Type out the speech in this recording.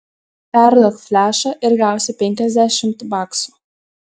perduok flešą ir gausi penkiasdešimt baksų